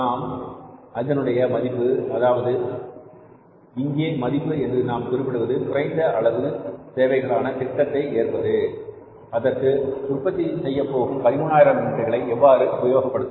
நாம் இதனுடைய மதிப்பு அதாவது இங்கே மதிப்பு என்று குறிப்பிடுவது குறைந்த அளவு தேவைகளான திட்டத்தை ஏற்பது அதற்கு உற்பத்தி செய்ய போகும் 13000 யூனிட்களை எவ்வாறு உபயோகப்படுத்துவது